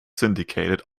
syndicated